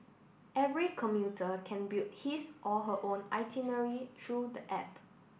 every commuter can build his or her own itinerary through the app